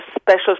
special